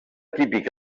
típic